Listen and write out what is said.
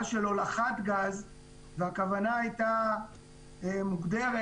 של הולכת גז והכוונה הייתה מוגדרת,